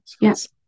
yes